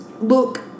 look